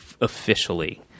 officially